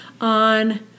on